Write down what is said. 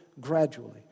gradually